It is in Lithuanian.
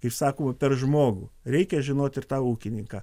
kaip sakoma per žmogų reikia žinot ir tą ūkininką